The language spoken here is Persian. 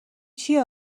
چیه